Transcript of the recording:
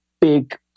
big